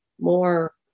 more